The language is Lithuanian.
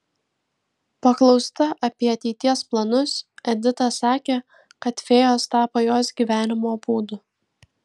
paklausta apie ateities planus edita sakė kad fėjos tapo jos gyvenimo būdu